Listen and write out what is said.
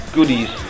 Goodies